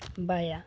ᱵᱟᱭᱟ